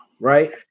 Right